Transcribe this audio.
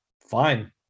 fine